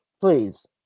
Please